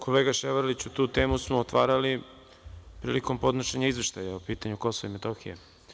Kolega Ševarliću, tu temu smo otvarali prilikom podnošenja Izveštaja o pitanju Kosova i Metohije.